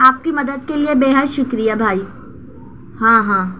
آپ کی مدد کے لیے بےحد شکریہ بھائی ہاں ہاں